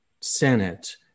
Senate